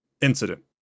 Incident